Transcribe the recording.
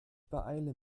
beeile